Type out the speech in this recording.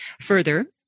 Further